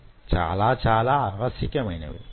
చాలా చాలా ఆవశ్యకమైనవి